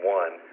one